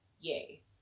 yay